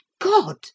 God